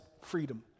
freedom